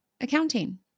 accounting